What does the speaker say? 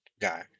guy